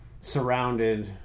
surrounded